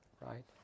Right